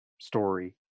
story